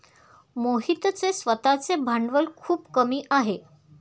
मोहितचे स्वतःचे भांडवल खूप कमी आहे